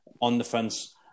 on-the-fence